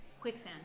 quicksand